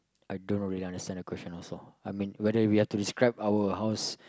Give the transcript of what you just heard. I don't really understand the question also I mean whether we are to describe our house